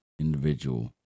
individual